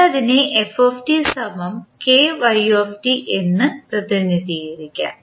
നമ്മൾ അതിനെ എന്ന് പ്രതിനിധീകരിക്കും